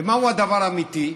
ומהו הדבר האמיתי?